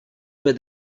where